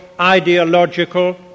ideological